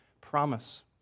promise